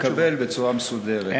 לקבל בצורה מסודרת.